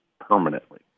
permanently